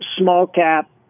small-cap